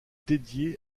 dédiée